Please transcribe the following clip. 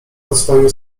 rozwoju